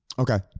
okay.